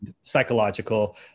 psychological